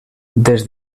des